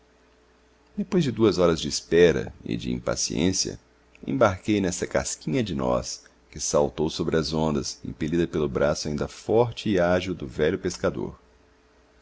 depois de duas horas de espera e de impaciência embarquei nessa casquinha de noz que saltou sobre as ondas impelida pelo braço ainda forte e ágil do velho pescador